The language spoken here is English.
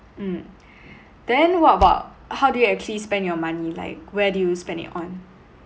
mm then what about how do you actually spend your money like where do you spend it on